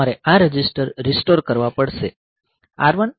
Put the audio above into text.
તમારે આ register restore કરવા પડશે